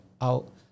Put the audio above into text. out